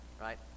right